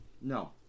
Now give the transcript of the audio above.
No